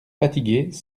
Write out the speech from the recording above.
fatigués